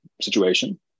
situation